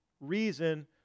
reason